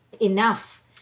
enough